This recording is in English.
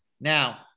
Now